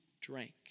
drank